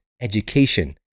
education